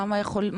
מה יכול להיות?